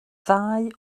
ddau